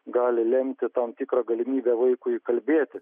gali lemti tam tikrą galimybę vaikui kalbėti